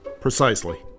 Precisely